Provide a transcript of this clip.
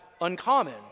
uncommon